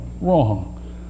wrong